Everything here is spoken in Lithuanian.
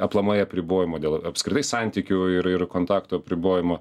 aplamai apribojimų dėl apskritai santykių ir ir kontaktų apribojimo